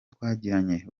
twagiranye